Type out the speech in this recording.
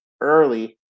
early